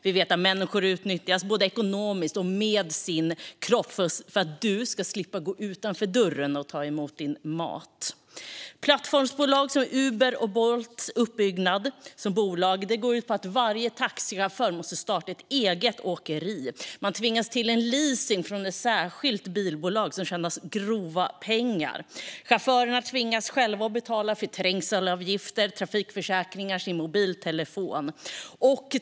Vi vet att människor utnyttjas, både ekonomiskt och med sin kropp, för att du ska slippa gå utanför dörren för att fixa din mat. Plattformsbolag som Uber och Bolt är uppbyggda så att varje chaufför måste starta ett eget åkeri. De tvingas till leasing av bil från ett särskilt bilbolag, som tjänar grova pengar. Chaufförerna tvingas själva betala trängselavgifter, trafikförsäkringar och mobiltelefoner.